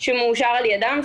שמאושר על ידם.